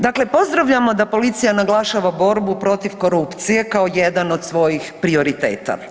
Dakle, pozdravljamo da policija naglašava borbu protiv korupcije kao jedan od svojih prioriteta.